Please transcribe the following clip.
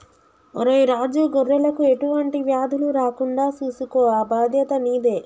ఒరై రాజు గొర్రెలకు ఎటువంటి వ్యాధులు రాకుండా సూసుకో ఆ బాధ్యత నీదే